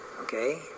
Okay